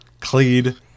Cleed